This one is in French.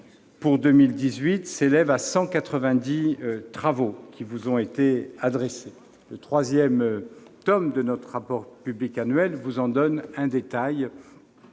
pour 2018, s'élève à 190 travaux qui vous ont été adressés. Le troisième tome de notre rapport public annuel vous en donnera un détail